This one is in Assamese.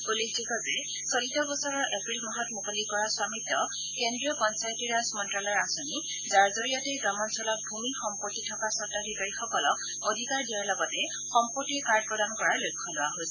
উল্লেখযোগ্য যে চলিত বছৰৰ এপ্ৰিল মাহত মুকলি কৰা স্বামিত্ব কেন্দ্ৰীয় পঞ্চায়তী ৰাজ মন্ত্যালয়ৰ আঁচনি যাৰ জৰিয়তে গ্ৰামাঞ্চলত ভূমি সম্পত্তি থকা স্বত্বাধিকাৰীসকলক অধিকাৰ দিয়াৰ লগতে সম্পত্তিৰ কাৰ্ড প্ৰদান কৰাৰ লক্ষ্য লোৱা হৈছে